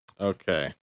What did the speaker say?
okay